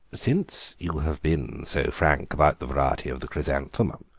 since you have been so frank about the variety of the chrysanthemum,